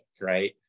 right